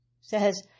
says